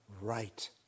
right